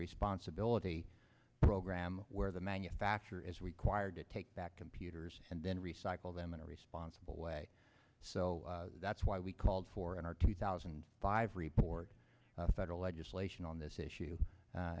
responsibility program where the manufacturer is required to take back computers and then recycle them in a responsible way so that's why we called for in our two thousand and five report a federal legislation on this issue